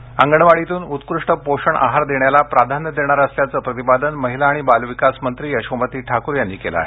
यवतमाळ अंगणवाडीतून उत्कृष्ट पोषण आहार देण्याला प्राधान्य देणार असल्याचं प्रतिपादन महिला आणि बालविकास मंत्री यशोमती ठाकूर यांनी केलं आहे